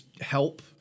help